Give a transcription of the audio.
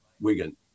Wigan